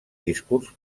discurs